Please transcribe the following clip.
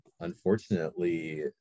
unfortunately